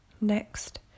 Next